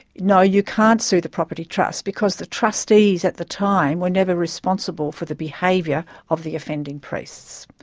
no, you can't sue the property trust, because the trustees at the time were never responsible for the behaviour of the offending priests.